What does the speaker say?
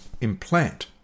implant